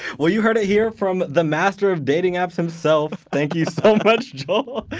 well, you heard it here from the master of dating apps himself. thank you so much, joel,